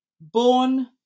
Born